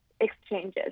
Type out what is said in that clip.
exchanges